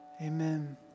Amen